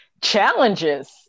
challenges